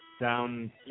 Down